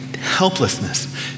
helplessness